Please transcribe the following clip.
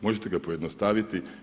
Možete ga pojednostaviti.